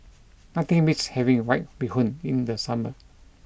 nothing beats having white bee hoon in the summer